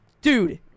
dude